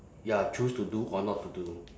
ya choose to do or not to do